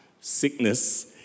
sickness